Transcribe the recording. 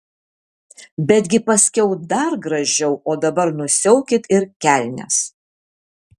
betgi paskiau dar gražiau o dabar nusiaukit ir kelnes